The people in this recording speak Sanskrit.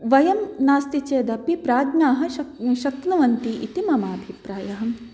वयं नास्ति चेदपि प्राज्ञाः शक् शक्नुवन्ति इति मम अभिप्रायः